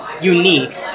unique